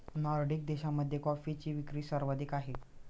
Nordic देशांमध्ये कॉफीची विक्री सर्वाधिक आहे